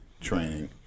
training